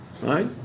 Right